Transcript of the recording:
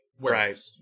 Right